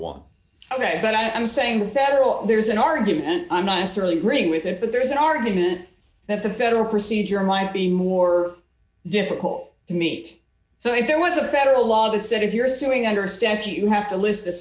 one ok but i'm saying the federal there's an argument i'm not necessarily bring with it but there is an argument that the federal procedure might be more difficult to meet so if there was a federal law that said if you're suing understands you have to listen t